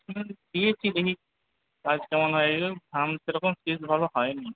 দিয়েছি দেখি কাজ কেমন হয় ধান সেরকম শীষ ভালো হয়নি